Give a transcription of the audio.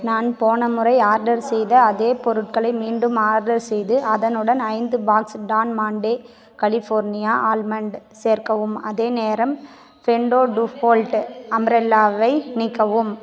நான் போன முறை ஆர்டர் செய்த அதே பொருட்களை மீண்டும் ஆர்டர் செய்து அதனுடன் ஐந்து box Don Monte California almond சேர்க்கவும் அதே நேரம் ஃபென்டோ டூ ஃபோல்ட் அம்பரல்லாவை நீக்கவும்